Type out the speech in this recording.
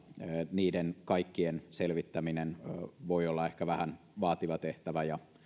niiden kaikkien selvittäminen voi olla ehkä vähän vaativa tehtävä ja